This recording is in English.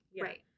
Right